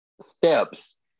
steps